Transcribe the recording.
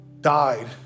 died